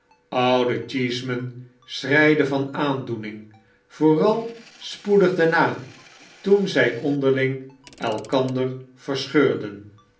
oude cheeseman schreide van aandoening vooral spoedig daarna toen zy onderling elkander verscheurden